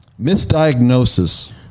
Misdiagnosis